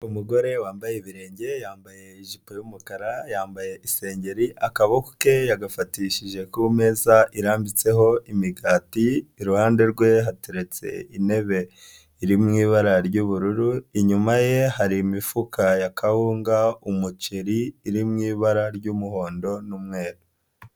Umugore wambaye ibirenge, yambaye ijipo y'umukara ,yambaye isengeri, akaboko ke yagafatishije ku meza irambitseho imigati, iruhande rwe hateretse intebe iri mu ibara ry'ubururu, inyuma ye hari imifuka ya kahunga, umuceri iri mu ibara ry'umuhondo n'umweru.